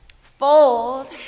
fold